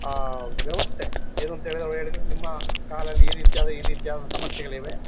ಆ ವ್ಯವಸ್ಥೆ ಏನು ಅಂತ್ಹೇಳಿದ್ರೆ ಅವ್ರು ಹೇಳಿದ್ರು ನಿಮ್ಮ ಕಾಲಲ್ಲಿ ಈ ರೀತಿಯಾದ ಈ ರೀತಿಯಾದ ಸಮಸ್ಯೆಗಳಿವೆ